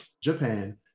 Japan